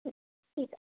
হুম ঠিক আছে